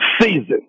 season